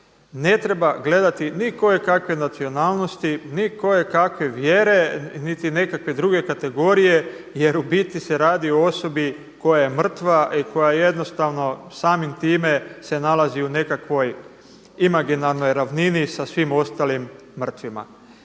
ne treba gledati ni tko je kakve nacionalnosti, ni tko je kakve vjere niti nekakve druge kategorije jer u biti se radi o osobi koja je mrtva i koja jednostavno samim time se nalazi u nekakvoj imaginarnoj ravnini sa svim ostalim mrtvima.